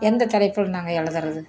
எந்த தலைப்பில் நாங்கள் எழுதுறது